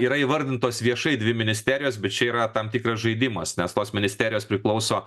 yra įvardintos viešai dvi ministerijos bet čia yra tam tikras žaidimas nes tos ministerijos priklauso